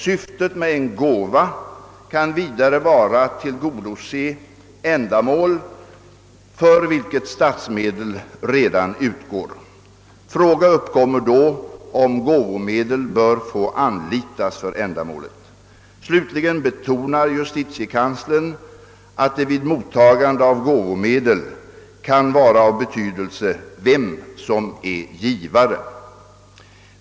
Syftet med en gåva kan vidare vara att tillgodose ändamål för vilket statsmedel redan utgår. Fråga uppkommer då om gåvomedel bör få anlitas för ändamålet. Slutligen betonar justitiekanslern att det vid mottagande av gåvomedel kan vara av betydelse vem som är givare.